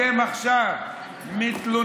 אתם עכשיו מתלוננים,